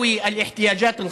בשפה הערבית,